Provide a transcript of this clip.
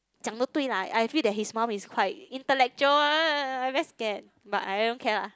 讲得对 lah I feel that his mom is quite intellectual I very scared but I don't care lah